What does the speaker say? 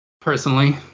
personally